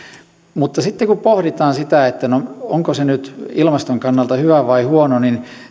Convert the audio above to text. mutta sitten kun pohditaan sitä onko se nyt ilmaston kannalta hyvä vai huono